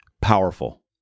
powerful